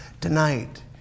Tonight